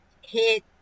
hit